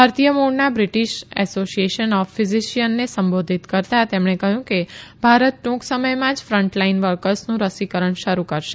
ભારતીય મુળના British association of ફિઝીશિયનને સંબોધિત કરતા તેમણે કહયું કે ભારત ટુંક સમયમાં જ ફ્રન્ટ લાઇન વર્કસનું રસીકરણ શરૂ કરશે